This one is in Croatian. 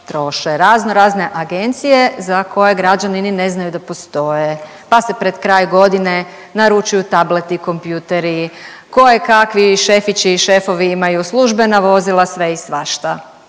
razno razne agencije za koje građani ni ne znaju da postoje, pa se pred kraj godine naručuju tableti, kompjuteri, kojekakvi šefići i šefovi imaju službena vozila, sve i svašta.